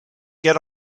get